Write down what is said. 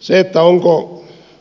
se